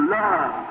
love